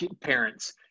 parents